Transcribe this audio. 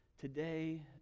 today